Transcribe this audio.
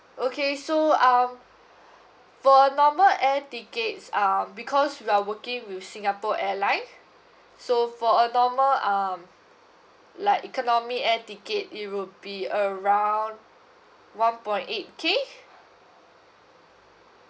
okay so um for normal air tickets um because we are working with singapore airline so for a normal um like economy air ticket it will be around one point eight k